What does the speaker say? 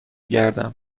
گردم